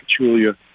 Pachulia